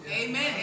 Amen